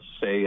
say